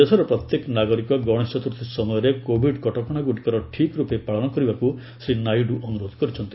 ଦେଶର ପ୍ରତ୍ୟେକ ନାଗରିକ ଗଣେଶ ଚତୁର୍ଥୀ ସମୟରେ କୋବିଡ୍ କଟକଣାଗୁଡ଼ିକର ଠିକ୍ ରୂପେ ପାଳନ କରିବାକୁ ଶ୍ରୀ ନାଇଡୁ ଅନୁରୋଧ କରିଛନ୍ତି